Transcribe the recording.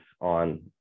on